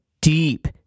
deep